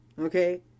Okay